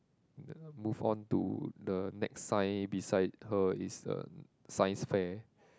move on to the next sign beside her is a science fair